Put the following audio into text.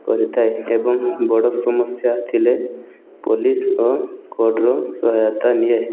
କରିଥାଏ ଏବଂ ବଡ଼ ସମସ୍ୟା ଥିଲେ ପୋଲିସ ଓ କୋଟ୍ର ସହାୟତା ନିଏ